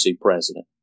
president